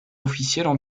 officielles